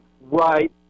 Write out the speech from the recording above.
right